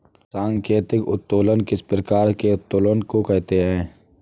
सांकेतिक उत्तोलन किस प्रकार के उत्तोलन को कहते हैं?